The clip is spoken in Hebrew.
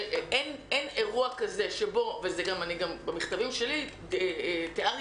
שאין אירוע כזה וגם במכתבים שלי תיארתי